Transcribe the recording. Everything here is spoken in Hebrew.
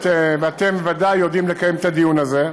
ואתם בוודאי יודעים לקיים את הדיון הזה.